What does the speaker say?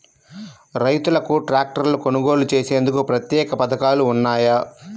రైతులకు ట్రాక్టర్లు కొనుగోలు చేసేందుకు ప్రత్యేక పథకాలు ఉన్నాయా?